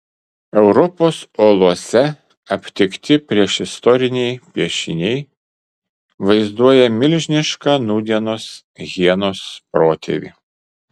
europos olose aptikti priešistoriniai piešiniai vaizduoja milžinišką nūdienos hienos protėvį